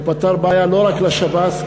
והוא פתר בעיה לא רק לשב"ס,